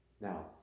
Now